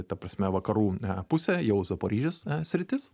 ta prasme vakarų pusę jau zaporižės sritis